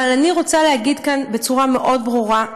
אבל אני רוצה להגיד כאן בצורה מאוד ברורה: